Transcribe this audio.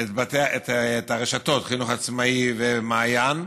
את הרשתות, חינוך עצמאי ומעיין.